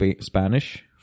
Spanish